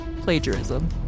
Plagiarism